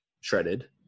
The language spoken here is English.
shredded